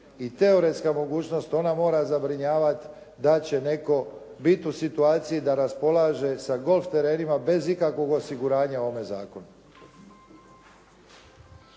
teoretska mogućnost ona mora zabrinjavati da će netko biti u situaciji da raspolaže sa golf terenima bez ikakvog osiguranja u ovome zakonu.